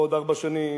בעוד ארבע שנים,